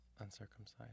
uncircumcised